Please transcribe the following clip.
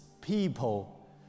people